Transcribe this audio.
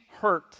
hurt